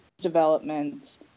development